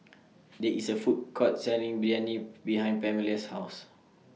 There IS A Food Court Selling Biryani behind Pamelia's House